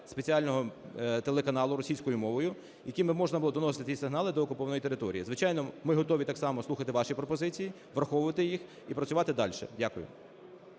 спеціального телеканалу російською мовою, яким би можна було доносити сигнали до року окупованої території. Звичайно, ми готові так само слухати ваші пропозиції, враховувати їх і працювати дальше. Дякую.